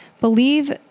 Believe